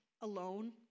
alone